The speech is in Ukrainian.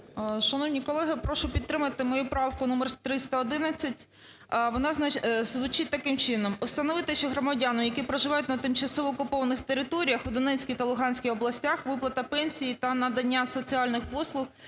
Шановні колеги, прошу підтримати мою правку номер 311. Вона звучить таким чином. Установити, що громадянам, які проживають на тимчасово окупованих територіях у Донецькій та Луганській областях, виплата пенсій та надання соціальних послуг